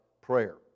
prayer